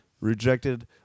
Rejected